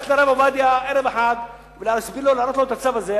ללכת לרב עובדיה ערב אחד ולהסביר לו ולהראות לו את הצו הזה.